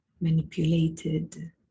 manipulated